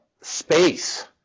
space